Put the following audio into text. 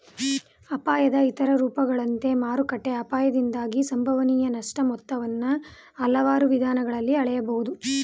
ಅಪಾಯದ ಇತರ ರೂಪಗಳಂತೆ ಮಾರುಕಟ್ಟೆ ಅಪಾಯದಿಂದಾಗಿ ಸಂಭವನೀಯ ನಷ್ಟ ಮೊತ್ತವನ್ನ ಹಲವಾರು ವಿಧಾನಗಳಲ್ಲಿ ಹಳೆಯಬಹುದು